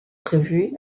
prévu